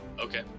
okay